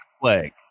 plague